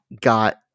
got